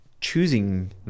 choosing